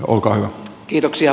olkaa hyvä